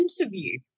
interview